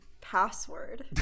password